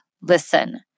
listen